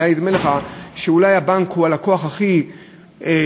היה נדמה לך שאולי הבנק הוא הלקוח הכי קל,